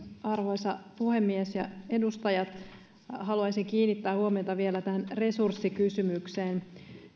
arvoisa puhemies arvoisat edustajat haluaisin kiinnittää huomiota vielä tähän resurssikysymykseen